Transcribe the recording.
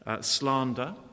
slander